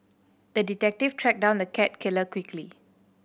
the detective tracked down the cat killer quickly